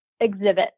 exhibit